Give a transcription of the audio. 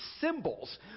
symbols